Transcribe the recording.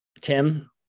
Tim